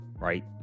Right